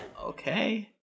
Okay